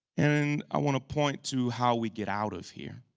and i want to point to how we get out of here.